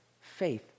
faith